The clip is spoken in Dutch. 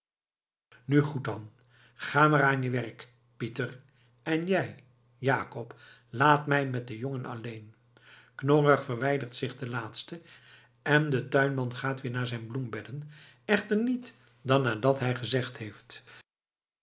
nu goed dan ga maar aan je werk pieter en jij jakob laat mij met den jongen alleen knorrig verwijdert zich de laatste en de tuinman gaat weer naar zijn bloembedden echter niet dan nadat hij gezegd heeft